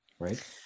Right